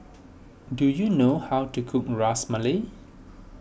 do you know how to cook Ras Malai